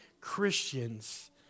Christians